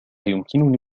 يمكنني